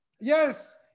Yes